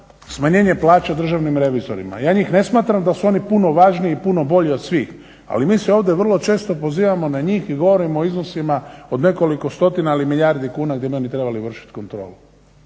smanjenje plaće državnim revizorima, ja njih ne smatram da su oni puno važniji i puno bolji od svih, ali mi se ovdje vrlo često pozivamo na njih i govorimo o iznosima od nekoliko stotina ili milijardi kuna gdje bi oni trebali vršiti kontrolu.